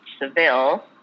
Seville